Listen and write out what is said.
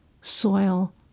soil